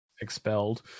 expelled